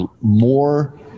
more –